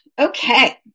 Okay